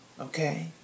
Okay